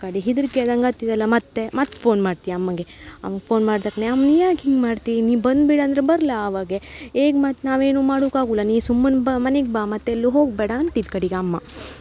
ಕಡಿಗೆ ಹೆದರಿಕೆ ಆದಂಗೆ ಆತಿದ್ ಅಲ್ಲ ಮತ್ತೆ ಮತ್ತೆ ಫೋನ್ ಮಾಡ್ತಿ ಅಮ್ಮಗೆ ಅಮ್ಮಂಗೆ ಫೋನ್ ಮಾಡ್ದಕ್ನೆ ಅಮ್ನು ಯಾಕೆ ಹಿಂಗೆ ಮಾಡ್ತಿ ನೀ ಬಂದ್ಬಿಡು ಅಂದ್ರೆ ಬರ್ಲ ಆವಾಗೆ ಈಗ ಮತ್ತೆ ನಾವು ಏನೂ ಮಾಡುಕ್ಕೆ ಆಗುಲ್ಲ ನೀ ಸುಮ್ಮನ್ ಬಾ ಮನಿಗೆ ಬಾ ಮತ್ತೆಲ್ಲೂ ಹೋಗಬೇಡ ಅಂತಿತ್ ಕಡಿಗೆ ಅಮ್ಮ